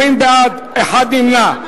20 בעד, נמנע אחד.